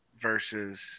versus